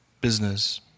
business